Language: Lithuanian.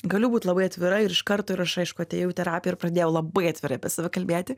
galiu būti labai atvira ir iš karto ir aš aišku atėjau į terapiją pradėjau labai atvirai apie save kalbėti